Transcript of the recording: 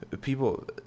people